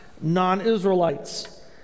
non-Israelites